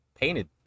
painted